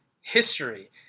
history